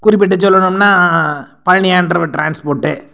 குறிப்பிட்டு சொல்லணும்னா பழனி ஆண்டவர் ட்ரான்ஸ்போட்டு